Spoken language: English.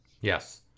Yes